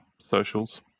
socials